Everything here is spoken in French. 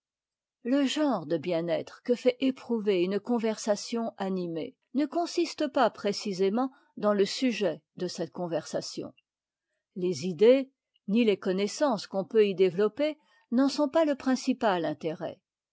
le genre de bien-être que fait éprouver une conversation animée ne consiste pas précisément dans le sujet de cette conversation les idées ni les connaissances qu'on peut y développer n'en sont pas le principal intérêt